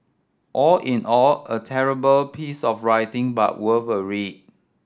all in all a terrible piece of writing but worth a read